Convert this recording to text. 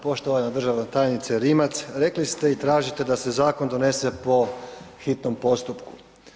Poštovana državna tajnice Rimac, rekli ste i tražite da se zakon donese po hitnom postupku.